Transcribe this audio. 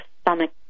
stomach